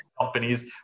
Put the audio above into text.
companies